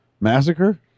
massacre